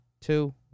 two